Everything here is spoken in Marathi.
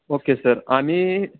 ओके सर आणि